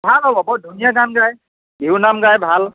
ভাল হ'ব বৰ ধুনীয়া গান গায় বিহুনাম গায় ভাল